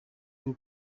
bwo